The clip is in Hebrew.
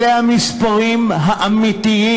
אלה המספרים האמיתיים.